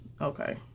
Okay